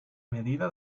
medida